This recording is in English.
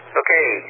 okay